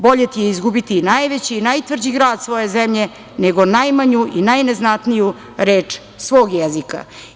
Bolje ti je izgubiti i najveći i najtvrđi grad svoje zemlje, nego najmanju i najneznatniju reč svoj jezika.